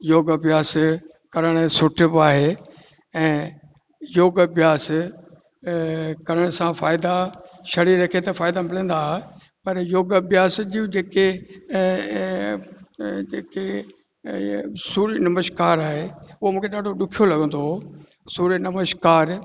योग अभ्यास करण सुठो ब आहे ऐं योग अभ्यास करण सां फ़ाइदा शरीर खे त फ़ायदा मिलंदा पर योग अभ्यास जूं जेके जे के सूर्य नमस्कार आहे उहो मूंखे ॾाढो ॾुखियो लॻंदो हुओ सूर्य नमस्कार